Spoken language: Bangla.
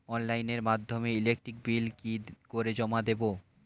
অনলাইনের মাধ্যমে ইলেকট্রিক বিল কি করে জমা দেবো?